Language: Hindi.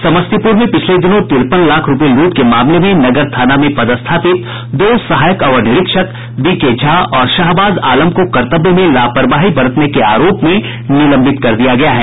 समस्तीपूर में पिछले दिनों तिरपन लाख रूपये लूट के मामले में नगर थाना में पदस्थापित दो सहायक अवर निरीक्षक बीकेझा और शाहबाज आलम को कर्तव्य में लापरवाही बरतने के आरोप में निलंबित कर दिया गया है